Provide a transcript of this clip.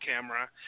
camera